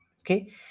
okay